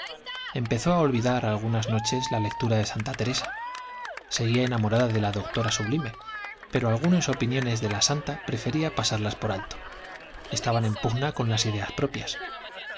empezó a olvidar algunas noches la lectura de santa teresa seguía enamorada de la doctora sublime pero algunas opiniones de la santa prefería pasarlas por alto estaban en pugna con las ideas propias